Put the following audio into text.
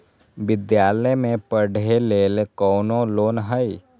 विद्यालय में पढ़े लेल कौनो लोन हई?